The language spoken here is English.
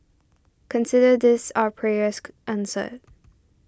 consider this our prayers answered